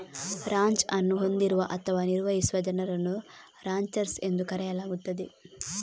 ranch ಅನ್ನು ಹೊಂದಿರುವ ಅಥವಾ ನಿರ್ವಹಿಸುವ ಜನರನ್ನು ರಾಂಚರ್ಸ್ ಎಂದು ಕರೆಯಲಾಗುತ್ತದೆ